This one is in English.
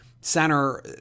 center